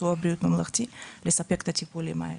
ביטוח בריאות ממלכתי לספק את הטיפולים האלה.